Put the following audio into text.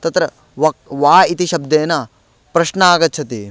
तत्र वक् वा इति शब्देन प्रश्नाः आगच्छन्ति